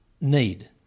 need